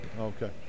Okay